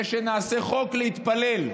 נעשה חוק: להתפלל.